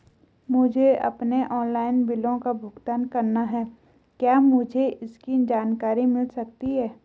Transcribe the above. मुझे अपने ऑनलाइन बिलों का भुगतान करना है क्या मुझे इसकी जानकारी मिल सकती है?